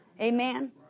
Amen